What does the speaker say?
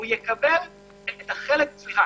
סליחה,